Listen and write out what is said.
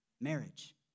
marriage